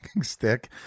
stick